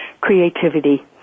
creativity